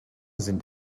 sind